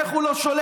איך הוא לא שולט,